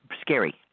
scary